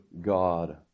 God